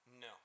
No